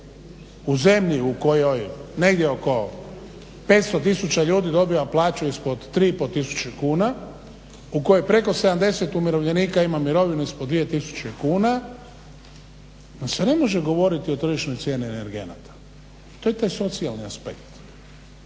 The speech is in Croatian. u zemlji u kojoj negdje oko 500 tisuća ljudi dobiva plaću ispod 3 i pol tisuće kuna, u kojoj preko 70 umirovljenika ima mirovinu ispod 2 tisuće kuna se ne može govoriti o tržišnoj cijeni energenata. To je taj socijalni aspekt